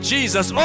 Jesus